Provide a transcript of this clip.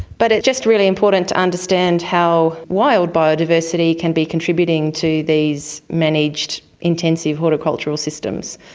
but it's just really important to understand how wild biodiversity can be contributing to these managed intensive horticultural systems.